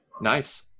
Nice